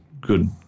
good